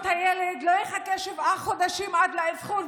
הילד לא יחכה שבעה חודשים עד לאבחון,